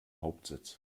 hauptsitz